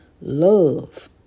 Love